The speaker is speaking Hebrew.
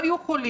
לא יהיו חולים,